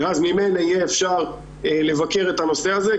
ואז יהיה אפשר לבקר את הנושא הזה.